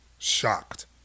Shocked